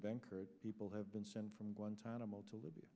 banker people have been sent from guantanamo to libya